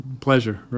pleasure